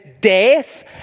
death